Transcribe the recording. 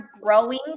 growing